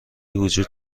وجود